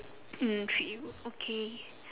mm treat you okay